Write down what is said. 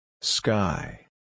Sky